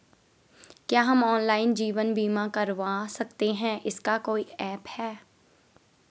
क्या हम ऑनलाइन जीवन बीमा करवा सकते हैं इसका कोई ऐप है?